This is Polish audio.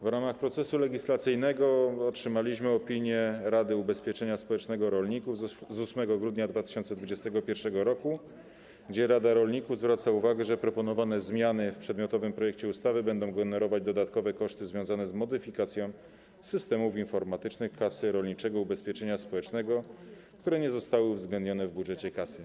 W ramach procesu legislacyjnego otrzymaliśmy opinię Rady Ubezpieczenia Społecznego Rolników z 8 grudnia 2021 r., gdzie rada rolników zwraca uwagę, że proponowane zmiany w przedmiotowym projekcie ustawy będą generować dodatkowe koszty związane z modyfikacją systemów informatycznych Kasy Rolniczego Ubezpieczenia Społecznego, które nie zostały uwzględnione w budżecie kasy.